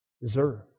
deserve